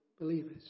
believers